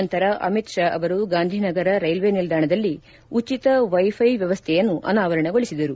ನಂತರ ಅಮಿತ್ ಷಾ ಅವರು ಗಾಂಧಿನಗರ ರೈಲ್ವೆ ನಿಲ್ವಾಣದಲ್ಲಿ ಉಚಿತ ವೈ ಫೈ ವ್ಯವಸ್ಥೆಯನ್ನು ಅನಾವರಣಗೊಳಿಸಿದರು